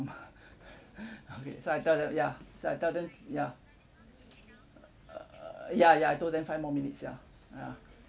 okay so I tell them ya so I tell them ya err ya ya I told them five more minutes ya ya